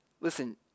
Listen